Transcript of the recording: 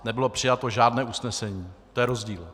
Nebylo přijato žádné usnesení, to je rozdíl.